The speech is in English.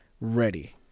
Ready